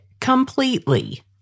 completely